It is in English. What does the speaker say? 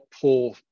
poor